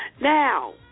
Now